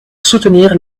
soutenir